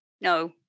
no